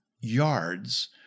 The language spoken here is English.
yards